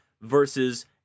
versus